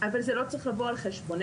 אבל זה לא צריך לבוא על חשבוננו.